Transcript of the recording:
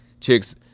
chicks